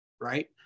right